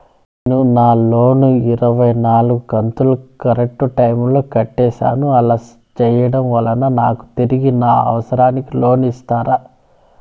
నేను నా లోను ఇరవై నాలుగు కంతులు కరెక్టు టైము లో కట్టేసాను, అలా సేయడం వలన నాకు తిరిగి నా అవసరానికి లోను ఇస్తారా?